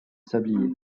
sablier